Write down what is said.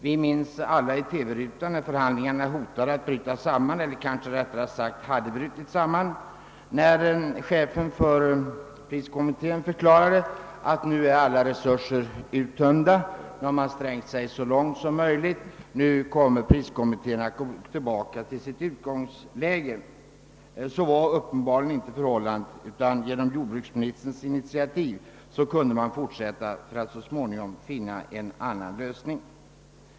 Vi minns alla att chefen för jordbrukspriskommittén när förhandlingarna hade brutit samman förklarade i TV-rutan att alla resurser var uttömda, att man hade sträckt sig så långt som möjligt och att priskommittén skulle gå tillbaka till sitt utgångsbud. Så var uppenbarligen inte förhållandet, utan genom jordbruksministerns initiativ kunde man fortsätta och så småningom finna en annan lösning.